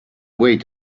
wait